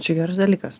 čia geras dalykas